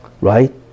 right